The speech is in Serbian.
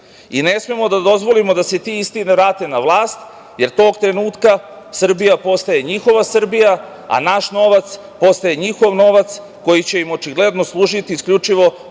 smemo da dozvolimo da se ti isti vrate na vlast, jer tog trenutka Srbija postaje njihova Srbija, a naš novac postaje njihov novac, koji će im očigledno služiti isključivo za